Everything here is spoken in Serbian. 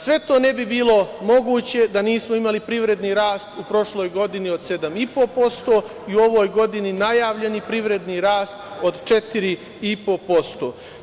Sve to ne bi bilo moguće da nismo imali privredni rast u prošloj godini od 7,5% i u ovoj godini najavljeni privredni rast od 4,5%